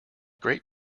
great